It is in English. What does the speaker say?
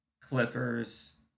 Clippers